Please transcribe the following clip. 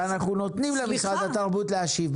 ואנחנו נותנים למשרד התרבות להשיב.